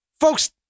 Folks